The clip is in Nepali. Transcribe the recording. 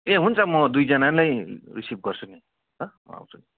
ए हुन्छ म दुईजना नै रिसिभ गर्छु नि ल म आउँछु नि